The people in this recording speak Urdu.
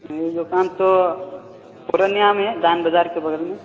میری دکان تو پورنیہ میں ہے دان بازار کے بغل میں